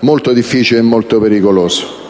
molto difficile e molto pericoloso.